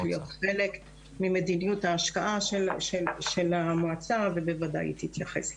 זה חלק ממדיניות ההשקעה של המועצה ובוודאי היא תתייחס לזה.